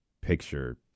Picture